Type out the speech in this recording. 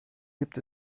gibt